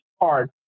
hard